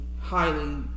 highly